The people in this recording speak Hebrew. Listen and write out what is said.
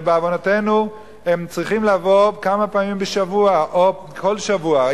שבעוונותינו הם צריכים לבוא כמה פעמים בשבוע או כל שבוע.